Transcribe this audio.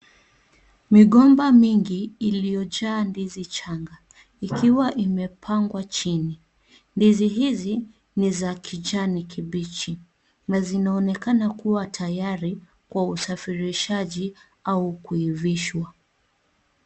Migomba mingi iliyojaa ndizi changa ikiwa imepangwa chini, ndizi hizi ni za kijanikibichi na zinaonekana kuwa tayari kwa usafirishaji au kuivishwa.